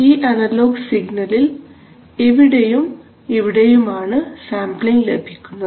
ഈ അനലോഗ് സിഗ്നലിൽ ഇവിടെയും ഇവിടെയും ആണ് സാംപ്ലിങ് ലഭിക്കുന്നത്